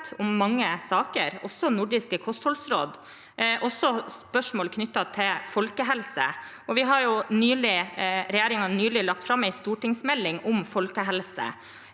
om mange saker, også nordiske kostholdsråd og spørsmål knyttet til folkehelse. Regjeringen har nylig lagt fram en stortingsmelding om folkehelse.